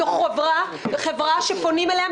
זה חברה שפונים אליה,